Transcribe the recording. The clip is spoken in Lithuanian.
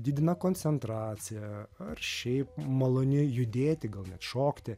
didina koncentraciją ar šiaip maloni judėti gal net šokti